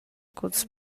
culs